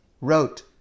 wrote